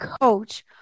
coach